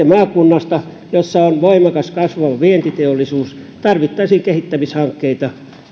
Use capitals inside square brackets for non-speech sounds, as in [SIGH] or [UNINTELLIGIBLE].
[UNINTELLIGIBLE] maakunnasta jossa on voimakas kasvava vientiteollisuus tarvittaisiin kehittämishankkeita